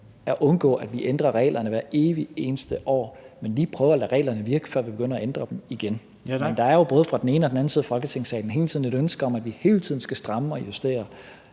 at undgå, at vi ændrer reglerne hver evig eneste år, man lige prøver at lade reglerne virke, før vi begynder at ændre dem igen. Men der er jo både fra den ene og den anden side af Folketingssalen sådan et ønske om, at vi hele tiden skal stramme og justere